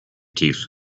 teeth